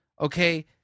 okay